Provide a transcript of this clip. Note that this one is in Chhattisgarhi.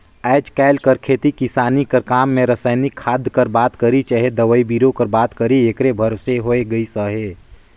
आएज काएल कर खेती किसानी कर काम में रसइनिक खाद कर बात करी चहे दवई बीरो कर बात करी एकरे भरोसे होए गइस अहे